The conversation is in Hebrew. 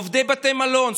עובדי בתי המלון,